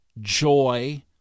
joy